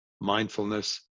mindfulness